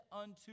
unto